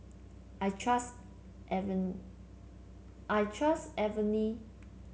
I trust I trust